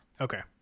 Okay